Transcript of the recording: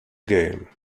game